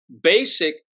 basic